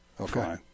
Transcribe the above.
okay